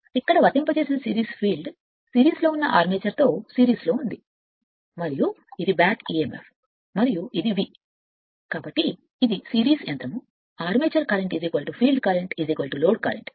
ఇక్కడ దాఖలు చేసిన సిరీస్ ఫీల్డ్ సిరీస్లో ఉన్న ఆర్మేచర్తో సిరీస్లో ఉంది మరియు ఇది బ్యాక్ emf మరియు ఇది v కాబట్టి ఇది సిరీస్ యంత్రం armature current field current load current